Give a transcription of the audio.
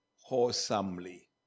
wholesomely